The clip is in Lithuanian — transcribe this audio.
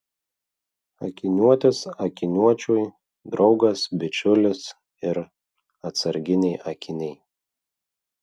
akiniuotis akiniuočiui draugas bičiulis ir atsarginiai akiniai